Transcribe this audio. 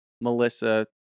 Melissa